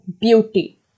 beauty